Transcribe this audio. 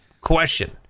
question